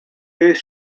this